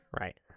Right